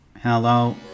Hello